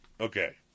Okay